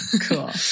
Cool